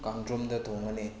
ꯀꯥꯡꯗ꯭ꯔꯨꯝꯗ ꯊꯣꯡꯒꯅꯤ